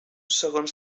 segons